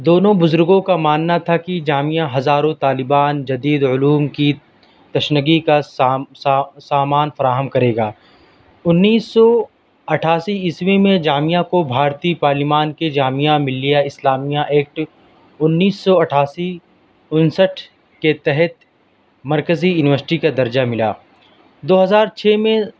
دونوں بزروگوں کا ماننا تھا کہ جامعہ ہزاروں طالبان جدید علوم کی تشنگی کا سا سا سامان فراہم کرے گا انیس سو اٹھاسی عیسوی میں جامعہ کو بھارتی پارلیان کے جامعہ ملیہ اسلامیہ ایکٹ انیس سو اٹھاسی انسٹھ کے تحت مرکزی یونیوسٹی کا درجہ ملا دو ہزار چھ میں